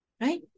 Right